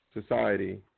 society